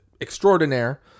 extraordinaire